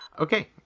okay